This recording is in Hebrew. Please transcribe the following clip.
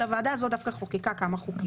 אבל הוועדה הזו דווקא חוקקו כמה חוקים.